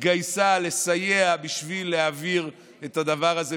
התגייסה לסייע בשביל להעביר את הדבר הזה,